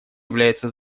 является